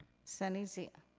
sunny zia.